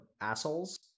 assholes